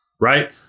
right